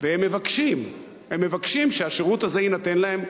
והם מבקשים שהשירות הזה יינתן להם,